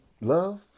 love